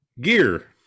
gear